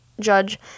judge